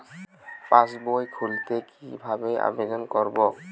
পাসবই খুলতে কি ভাবে আবেদন করব?